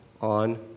on